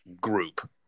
group